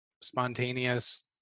spontaneous